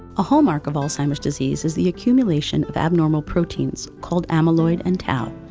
a hallmark of alzheimer's disease is the accumulation of abnormal proteins, called amyloid and tau,